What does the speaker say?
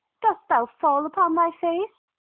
dost thou fall upon thy face?